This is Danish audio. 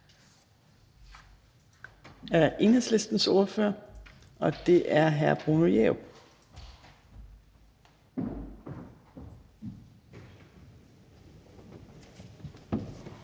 er Enhedslistens ordfører, og det er hr. Bruno Jerup.